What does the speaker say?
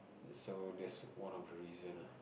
so that's one of the reason ah